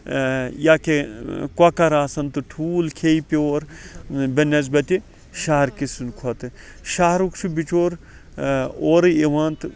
یا کہِ کۄکَر آسَن تہٕ ٹھوٗل کھیٚیہِ پیٚور بنسبتہِ شَہرکِس کھۄتہٕ شَہرُک چھُ بِچور اورٕ یِوان تہٕ